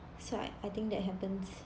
so I I think that happens